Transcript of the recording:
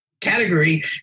category